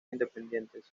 independientes